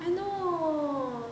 I know